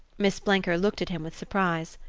miss blenker looked at him with surprise.